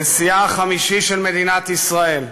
נשיאה החמישי של מדינת ישראל,